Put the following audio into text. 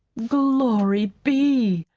glory be!